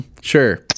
Sure